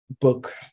book